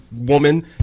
woman